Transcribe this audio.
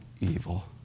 evil